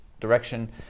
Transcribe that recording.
direction